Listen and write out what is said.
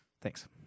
Thanks